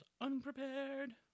unprepared